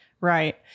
Right